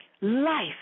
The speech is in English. Life